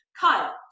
Kyle